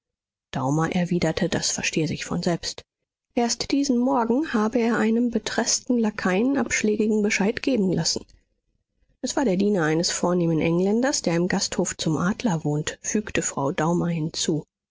daumer erwiderte das verstehe sich von selbst erst diesen morgen habe er einem betreßten lakaien abschlägigen bescheid geben lassen es war der diener eines vornehmen engländers der im gasthof zum adler wohnt fügte frau daumer hinzu